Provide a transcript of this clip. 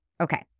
Okay